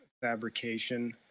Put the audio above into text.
fabrication